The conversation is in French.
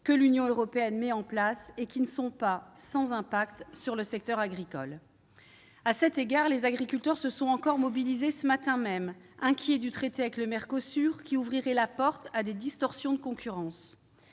que l'Union européenne met en place et qui ne sont pas sans impact sur le secteur agricole. À cet égard, les agriculteurs se sont encore mobilisés ce matin même, inquiets du traité avec le Mercosur qui ouvrirait la porte à des distorsions de concurrence.